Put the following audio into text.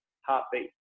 heartbeat